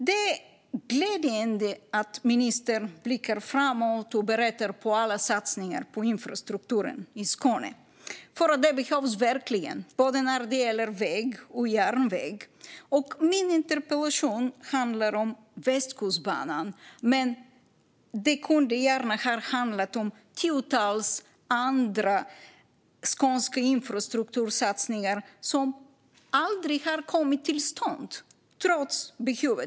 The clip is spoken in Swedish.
Det är glädjande att ministern blickar framåt och berättar om alla satsningar på infrastrukturen i Skåne. De behövs verkligen för väg och järnväg. Min interpellation handlar om Västkustbanan, men den kunde lika gärna ha handlat om tiotals andra skånska infrastruktursatsningar som aldrig har kommit till stånd trots behoven.